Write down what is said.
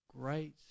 great